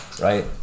right